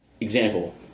example